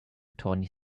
attorney